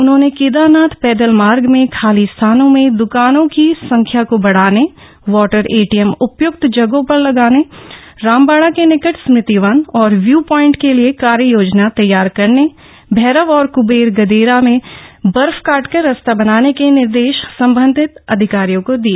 उन्होंने केदारनाथ पैदल मार्ग में खाली स्थानों में दुकानों की संख्या को बढ़ाने वॉटर एटीएम उपय्क्त जगहों पर लगाने रामबाड़ा के निकट स्मृति वन और व्यू प्वाइंट के लिए कार्ययोजना तैयार करने औरव और क्बेर गदेरा में बर्फ काटकर रास्ता बनाने के निर्देश संबंधित अधिकारियों को दिए